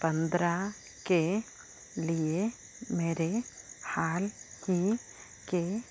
पंद्रह के लिए मेरे हाल ही के